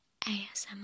ASMR